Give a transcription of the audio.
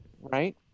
right